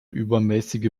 übermäßige